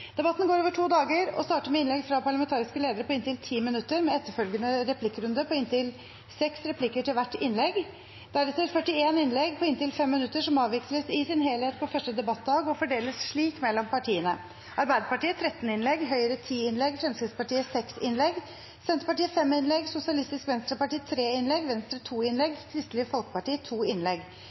Debatten går over to dager og starter med innlegg fra parlamentariske ledere på inntil 10 minutter, med etterfølgende replikkrunde på inntil 6 replikker til hvert innlegg, deretter 41 innlegg på inntil 5 minutter som avvikles i sin helhet på første debattdag og fordeles slik mellom partiene: Arbeiderpartiet 13 innlegg, Høyre 10 innlegg, Fremskrittspartiet 6 innlegg, Senterpartiet 5 innlegg, Sosialistisk Venstreparti 3 innlegg, Venstre 2 innlegg og Kristelig Folkeparti 2 innlegg.